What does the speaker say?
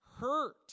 hurt